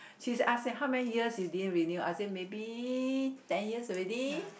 she ask say how many years you didn't renew I say maybe ten years already